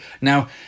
Now